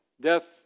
Death